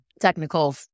technical